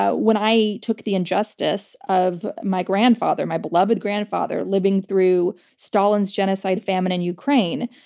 ah when i took the injustice of my grandfather, my beloved grandfather, living through stalin's genocide famine in ukraine,